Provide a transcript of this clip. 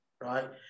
right